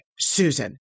susan